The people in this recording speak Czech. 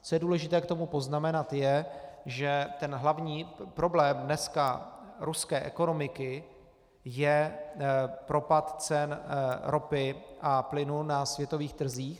Co je důležité k tomu poznamenat, je, že hlavní problém dnešní ruské ekonomiky je propad cen ropy a plynu na světových trzích.